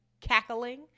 cackling